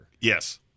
Yes